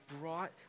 brought